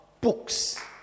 Books